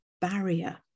barrier